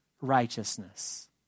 righteousness